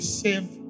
save